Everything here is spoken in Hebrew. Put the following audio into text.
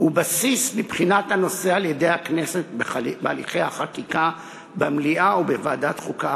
ובסיס לבחינת הנושא על-ידי הכנסת בהליכי החקיקה במליאה ובוועדת החוקה,